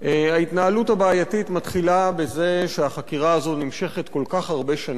ההתנהלות הבעייתית מתחילה בזה שהחקירה הזאת נמשכת כל כך הרבה שנים,